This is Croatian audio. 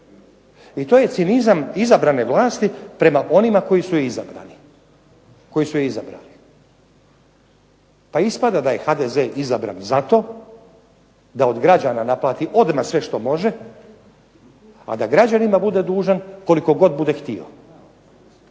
i to je cinizam izabrane vlasti prema onima koji su je izabrali. Pa ispada da je HDZ izabran zato da od građana naplati odmah sve što može, a da građanima bude dužan koliko god bude htio.